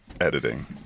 editing